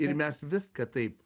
ir mes viską taip